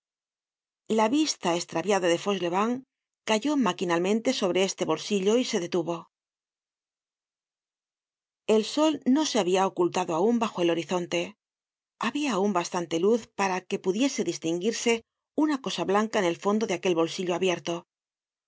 la vista estraviada de fauchelevent cayó maquinalmente sobre este bolsillo y se detuvo el sol no se habia ocultado aun bajo el horizonte había aun bastante luz para que pudiese distinguirse una cosa blanca en el fondo de aquel bolsillo abierto la